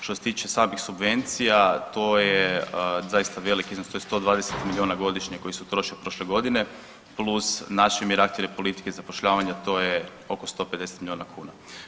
Što se tiče samih subvencija, to je zaista veliki iznos, to je 120 milijuna godišnje koji se utrošio prošle godine, plus naše mjere aktivne politike zapošljavanja, to je oko 150 milijuna kuna.